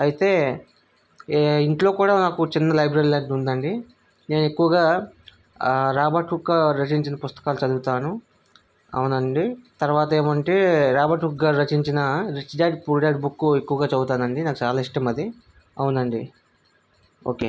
అయితే ఏ ఇంట్లో కూడా నాకు చిన్న లైబ్రరీ లాంటిది ఉందండి నేను ఎక్కువగా రాబర్ట్ హుక్ గారు రచించిన పుస్తకాలు చదువుతాను అవునండి తర్వాత ఏమంటే రాబర్ట్ హుక్ గారు రచించిన rich dad poor dad book ఎక్కువగా చదువుతాను అండి నాకు చాలా ఇష్టం అది అవునండి ఓకే